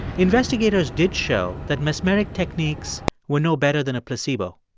investigators did show that mesmeric techniques were no better than a placebo.